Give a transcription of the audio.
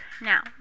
Now